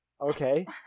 Okay